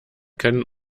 keinen